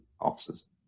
officers